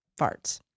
farts